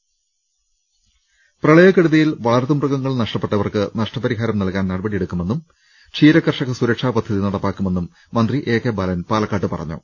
ലലലലലലലലലലലല പ്രപളയക്കെടുതിയിൽ വളർത്തുമൃഗങ്ങൾ നഷ്ടപ്പെട്ടവർക്ക് നഷ്ടപരിഹാരം നല്കാൻ നടപടിയെടുക്കുമെന്നും ക്ഷീരകർഷക സുരക്ഷാ പദ്ധതി നടപ്പാക്കുമെന്നും മന്ത്രി എ കെ ബാലൻ പാലക്കാട്ട് പറഞ്ഞു